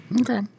Okay